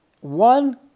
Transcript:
one